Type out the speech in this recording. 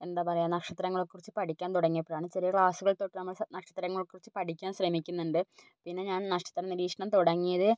എന്താ പറയുക നക്ഷത്രങ്ങളെക്കുറിച്ച് പഠിക്കാൻ തുടങ്ങിയപ്പോഴാണ് ചെറിയ ക്ലാസ്സിലെ തൊട്ട് നമ്മള് നക്ഷത്രങ്ങളെക്കുറിച്ച് പഠിക്കാൻ ശ്രമിക്കുന്നുണ്ട് പിന്നെ ഞാൻ നക്ഷത്ര നിരീക്ഷണം തുടങ്ങിയത്